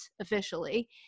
officially